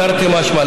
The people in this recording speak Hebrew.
תרתי משמע,